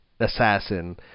assassin